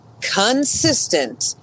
consistent